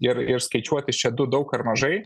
ir ir skaičiuoti čia du daug ar mažai